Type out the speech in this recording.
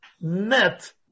Net